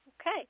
Okay